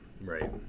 right